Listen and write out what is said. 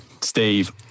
Steve